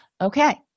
Okay